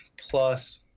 plus